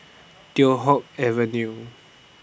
Teow Hock Avenue